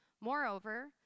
Moreover